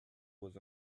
was